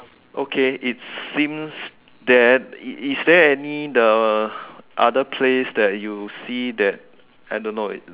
okay it's seems that is is there any the other place that you see that I don't know it